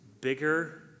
bigger